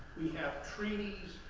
we have treaties,